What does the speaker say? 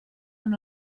amb